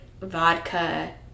vodka